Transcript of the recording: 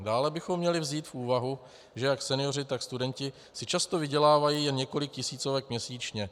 Dále bychom měli vzít v úvahu, že jak senioři, tak studenti si často vydělávají jen několik tisícovek měsíčně.